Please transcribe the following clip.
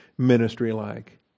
ministry-like